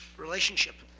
relationship.